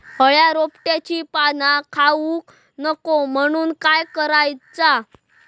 अळ्या रोपट्यांची पाना खाऊक नको म्हणून काय करायचा?